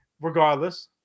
regardless